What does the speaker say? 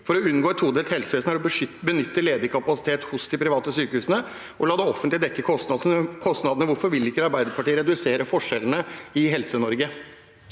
for å unngå et todelt helsevesen er å benytte ledig kapasitet hos de private sykehusene og la det offentlige dekke kostnadene. Hvorfor vil ikke Arbeiderpartiet redusere forskjellene i Helse-Norge?